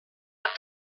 have